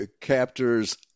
captor's